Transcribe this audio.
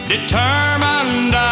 Determined